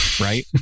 right